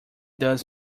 does